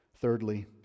Thirdly